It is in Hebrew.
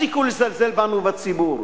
תפסיקו לזלזל בנו ובציבור.